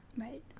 Right